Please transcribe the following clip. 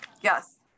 Yes